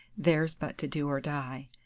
theirs but to do or die.